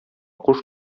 куш